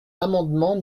l’amendement